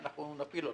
אנחנו נפיל אותו.